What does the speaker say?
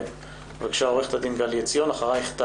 אני כרגע בדיוק בבדיקת קורונה אז אני מבקשת לחזור אליי מאוחר יותר,